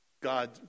God